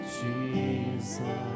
Jesus